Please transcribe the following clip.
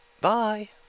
bye